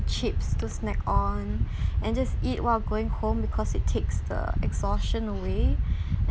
chips to snack on and just eat while going home because it takes the exhaustion away and